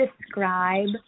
describe